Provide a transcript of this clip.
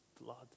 blood